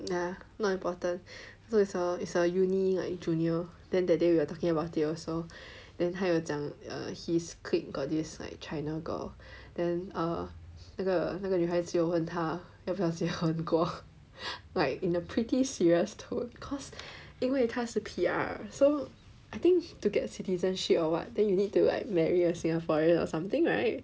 nah not important so it's a it's a uni like junior then that day we are talking about it also then 他有讲 err his clique got this like China girl then err 那个那个女孩子有问他要不要结婚过 like in a pretty serious tone cause 因为他是 P_R so I think to get citizenship or what then you need to like marry a singaporean or something right